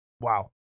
wow